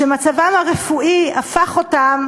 שמצבם הרפואי הפך אותם